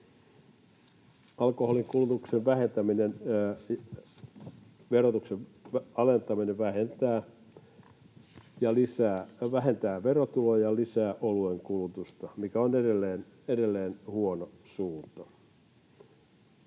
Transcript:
Alkoholin verotuksen alentaminen vähentää verotuloja ja lisää oluenkulutusta, mikä on edelleen huono suunta.